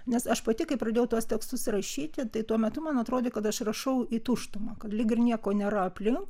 nes aš pati kai pradėjau tuos tekstus rašyti tai tuo metu man atrodė kad aš rašau į tuštumą kad lyg ir nieko nėra aplinkui